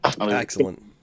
Excellent